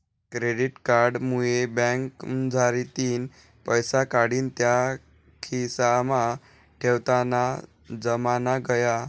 credit card मुये बँकमझारतीन पैसा काढीन त्या खिसामा ठेवताना जमाना गया